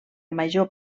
major